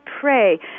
pray